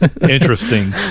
interesting